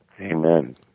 Amen